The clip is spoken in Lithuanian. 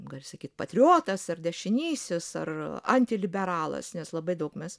gali sakyt patriotas ar dešinysis ar antiliberalas nes labai daug mes